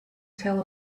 tell